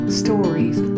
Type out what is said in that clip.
stories